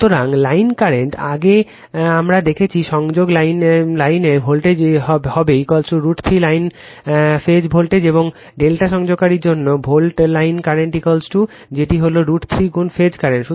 সুতরাং line current আগে আমরা দেখেছি সংযোগ লাইন কি কল লাইন ভোল্টেজ হবে √ 3 লাইন ফেজ ভোল্টেজ এবং ∆ সংযোগকারীর জন্য ভোল্ট লাইন কারেন্ট কি কল যাচ্ছে সেটি হল √ 3 গুণ ফেজ কারেন্ট